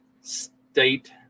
state